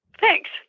Thanks